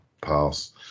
pass